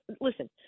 listen